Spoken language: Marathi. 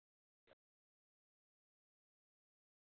मग चिकलदऱ्याला जायचं की बाकी कुठल्या ठिकाणी